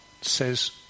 says